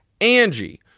Angie